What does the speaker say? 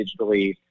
digitally